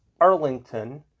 Arlington